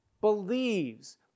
believes